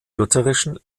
lutherischen